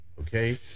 okay